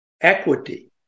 equity